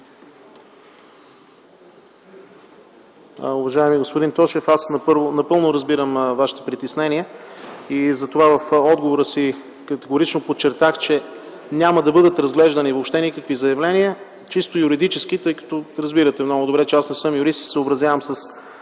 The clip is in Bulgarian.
Уважаеми господин Тошев, аз напълно разбирам Вашите притеснения и затова в отговора си категорично подчертах, че няма да бъдат разглеждани въобще никакви заявления, чисто юридически, тъй като разбирате много добре, че аз не съм юрист и се съобразявам с